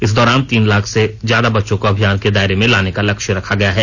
इस दौरान तीन लाख से ज्यादा बच्चों को अभियान के दायरे में लाने का लक्ष्य रखा गया हैं